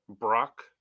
Brock